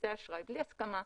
כרטיסי אשראי בלי הסכמה.